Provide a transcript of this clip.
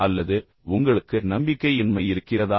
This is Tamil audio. அல்லது உங்களுக்கு நம்பிக்கையின்மை இருக்கிறதா